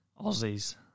Aussies